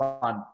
fun